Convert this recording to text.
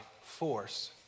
force